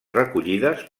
recollides